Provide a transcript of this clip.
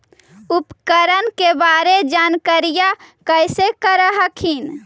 उपकरण के बारे जानकारीया कैसे कर हखिन?